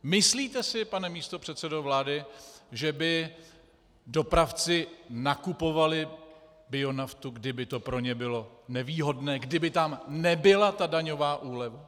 Myslíte si, pane místopředsedo vlády, že by dopravci nakupovali bionaftu, kdyby to pro ně bylo nevýhodné, kdyby tam nebyla ta daňová úleva?